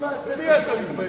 במי אתה מתבייש?